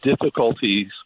difficulties